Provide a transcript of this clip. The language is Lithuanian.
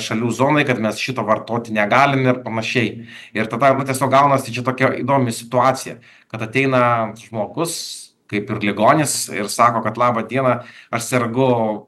šalių zonai kad mes šito vartoti negalim ir panašiai ir tada arba tiesiog gaunasi tokia įdomi situacija kad ateina žmogus kaip ir ligonis ir sako kad laba diena aš sergu